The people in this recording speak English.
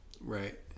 right